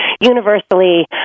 universally